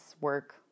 work